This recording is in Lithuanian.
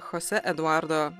chose eduardo